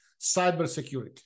cybersecurity